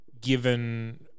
given